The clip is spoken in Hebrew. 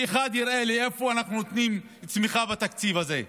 שאחד יראה לי איפה אנחנו נותנים צמיחה בתקציב הזה,